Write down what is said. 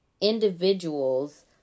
individuals